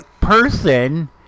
person